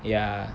ya